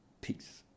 Peace